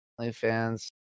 OnlyFans